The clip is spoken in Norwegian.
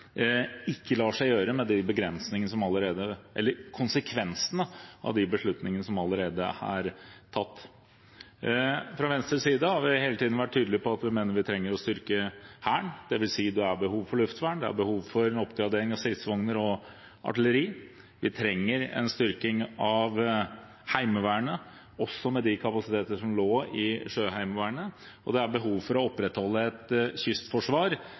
ikke lar seg gjøre, ut fra konsekvensene av de beslutningene som allerede er tatt. Fra Venstres side har vi hele tiden vært tydelig på at vi mener at vi trenger å styrke Hæren, dvs. det er behov for luftvern, og det er behov for en oppgradering av stridsvogner og artilleri. Vi trenger en styrking av Heimevernet, også med de kapasiteter som lå i Sjøheimevernet. Det er behov for å opprettholde et kystforsvar.